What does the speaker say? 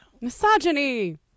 misogyny